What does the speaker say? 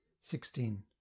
sixteen